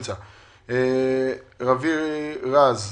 תודה רבה על זכות הדיבור.